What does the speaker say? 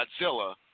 Godzilla